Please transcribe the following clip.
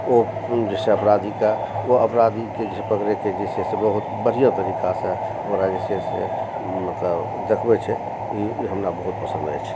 ओ जे छै अपराधीकेंँ ओ अपराधीकेँ जे छै पकड़ैके जे छै से बहुत बढ़िआँ तरीकासँ ओकरा जे छै से मतलब देखबै छै ई हमरा बहुत पसन्द अछि